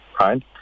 right